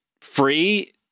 free